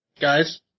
Guys